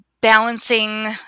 balancing